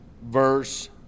verse